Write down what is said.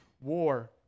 war